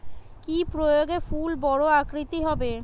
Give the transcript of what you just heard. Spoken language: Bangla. কি প্রয়োগে ফুল বড় আকৃতি হবে?